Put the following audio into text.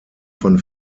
von